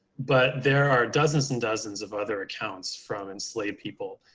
but there are dozens and dozens of other accounts from enslaved people.